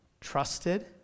trusted